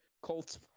Colts